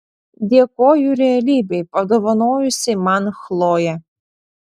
dėkoju realybei padovanojusiai man chloję